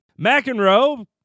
McEnroe